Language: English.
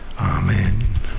Amen